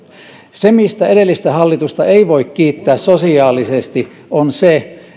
se mistä edellistä hallitusta ei voi kiittää sosiaalisesti on se